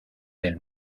del